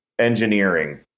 engineering